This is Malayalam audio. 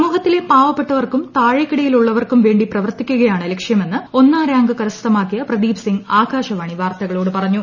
സമൂഹത്തിലെ പാവപ്പെട്ടവർക്കും താഴെക്കിടയിലുള്ളവർക്കും വേണ്ടി പ്രവർത്തിക്കുകയാണ് ലക്ഷ്യമെന്ന് ഒന്നാം റാങ്ക് കരസ്ഥമാക്കിയ പ്രദീപ് സിംഗ് ആകാശവാണി വാർത്തകളോട് പറഞ്ഞു